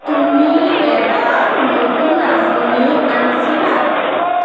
তুমি এটা নতুন আঁচনি আনিছিলা